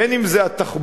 בין אם זה התחבורה,